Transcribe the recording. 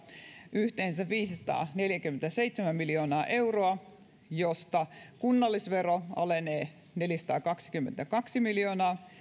yhteensä viisisataaneljäkymmentäseitsemän miljoonaa euroa josta kunnallisvero alenee neljäsataakaksikymmentäkaksi miljoonaa